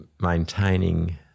maintaining